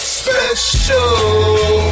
special